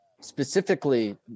Specifically